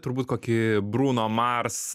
turbūt kokį bruno mars